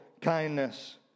kindness